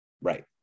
Right